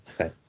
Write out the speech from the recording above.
Okay